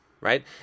Right